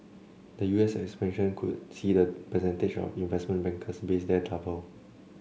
the U S expansion could see the percentage of investment bankers based there double